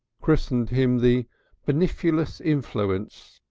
christened him the benifluous influence,